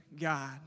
God